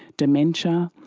dementia.